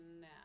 now